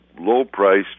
low-priced